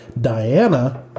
Diana